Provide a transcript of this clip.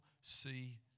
see